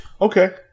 Okay